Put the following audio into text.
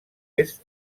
est